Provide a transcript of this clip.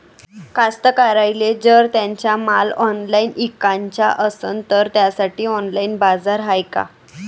कास्तकाराइले जर त्यांचा माल ऑनलाइन इकाचा असन तर त्यासाठी ऑनलाइन बाजार हाय का?